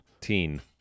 Teen